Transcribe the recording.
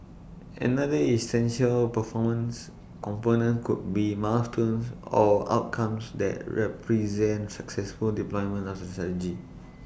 another essential performance component could be milestones or outcomes that represent successful deployment of the strategy